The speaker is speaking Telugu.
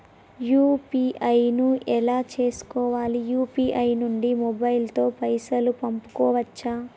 యూ.పీ.ఐ ను ఎలా చేస్కోవాలి యూ.పీ.ఐ నుండి మొబైల్ తో పైసల్ పంపుకోవచ్చా?